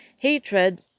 hatred